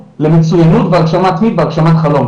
למצוינות בהגשמה עצמית והגשמת חלום,